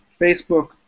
Facebook